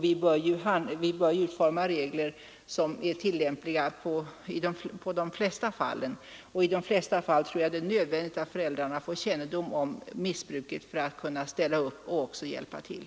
Vi bör ju utforma regler som är tillämpliga på de flesta fallen. Och i det här sammanhanget tror jag att det är nödvändigt att föräldrarna får kännedom om missbruket för att kunna ställa upp och hjälpa till.